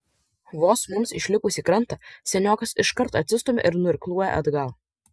vos mums išlipus į krantą seniokas iškart atsistumia ir nuirkluoja atgal